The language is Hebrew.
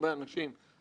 מחויבות